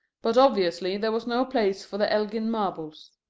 but, obviously, there was no place for the elgin marbles.